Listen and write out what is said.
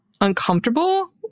uncomfortable